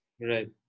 Right